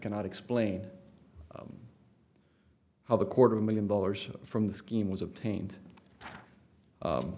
cannot explain how the quarter million dollars from the scheme was obtained